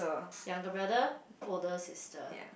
younger brother older sister